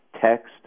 text